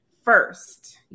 First